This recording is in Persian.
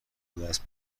بدست